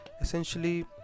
essentially